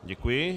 Děkuji.